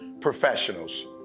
professionals